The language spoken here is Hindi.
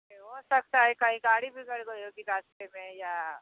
ये हो सकता है कहीं गाड़ी बिगड़ गई होगी रास्ते में या